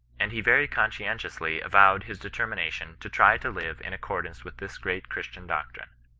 and he very conscientiously avowed his determination to try to live in accordance with this great christian doctrine.